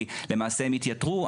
כי למעשה הם התייתרו,